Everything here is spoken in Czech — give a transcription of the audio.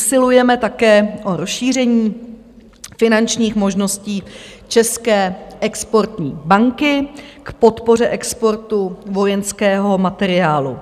Usilujeme také o rozšíření finančních možností České exportní banky k podpoře exportu vojenského materiálu.